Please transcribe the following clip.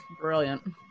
Brilliant